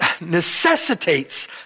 necessitates